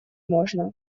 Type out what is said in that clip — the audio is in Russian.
можно